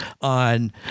on